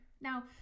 Now